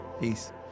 Peace